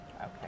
okay